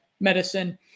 medicine